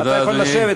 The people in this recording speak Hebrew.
אתה יכול לשבת.